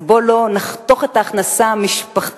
אז בואו לא נחתוך את ההכנסה המשפחתית,